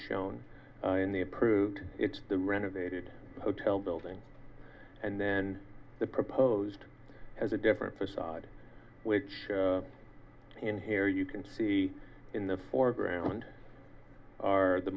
shown in the approved it's the renovated hotel building and then the proposed has a different facade which in here you can see in the foreground are the